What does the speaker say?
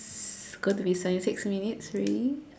it's gonna be seventy six minutes already